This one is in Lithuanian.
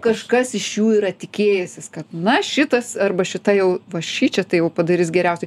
kažkas iš jų yra tikėjęsis kad na šitas arba šita jau va šičia tai jau padarys geriausiai